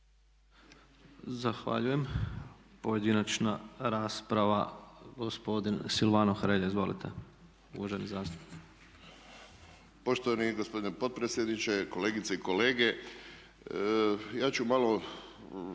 Zahvaljujem. Pojedinačna rasprava gospodin Silvano Hrelja. Izvolite, uvaženi zastupniče. **Hrelja, Silvano (HSU)** Poštovani gospodine potpredsjedniče, kolegice i kolege ja ću malo